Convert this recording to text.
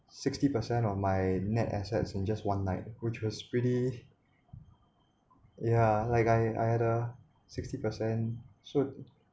sixty percent on my net assets in just one night which was pretty yeah like I I had a sixty percent so